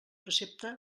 precepte